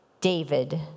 David